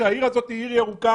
כשהעיר הזו היא ירוקה